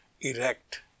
erect